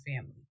family